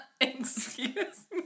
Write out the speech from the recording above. excuse